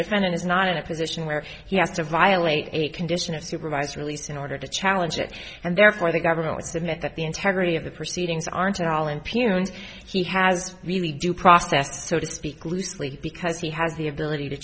defendant is not in a position where he has to violate a condition of supervised release in order to challenge it and therefore the government would submit that the integrity of the proceedings aren't all in piano and he has really due process so to speak loosely because he has the ability to